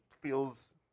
feels